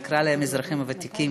נקרא להם האזרחים הוותיקים,